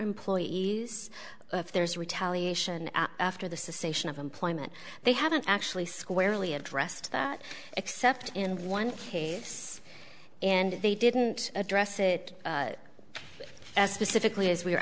employees if there's retaliation after the sation of employment they haven't actually squarely addressed that except in one case and they didn't address it specifically as we